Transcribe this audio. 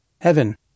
Heaven